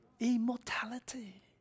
Immortality